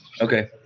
Okay